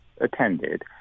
attended